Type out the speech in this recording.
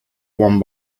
one